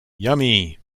yummy